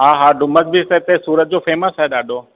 हा हा डुमस बीच त हिते सुरत जो फेमस आहे ॾाढो